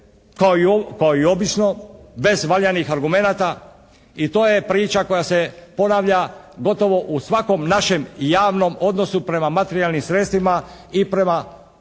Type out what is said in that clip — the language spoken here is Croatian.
kao i obično bez valjanih argumenata i to je priča koja se ponavlja gotovo u svakom našem javnom odnosu prema materijalnim sredstvima i prema novcima